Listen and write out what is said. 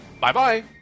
Bye-bye